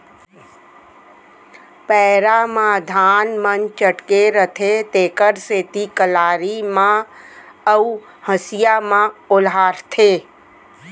पैरा म धान मन चटके रथें तेकर सेती कलारी म अउ हँसिया म ओलहारथें